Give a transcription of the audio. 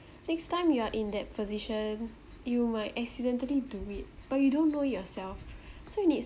next time you are in that position you might accidentally do it but you don't know it yourself so needs